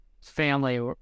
Family